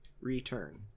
return